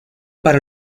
para